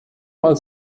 mal